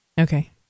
Okay